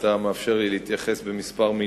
על שאתה מאפשר לי להתייחס בכמה מלים.